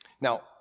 now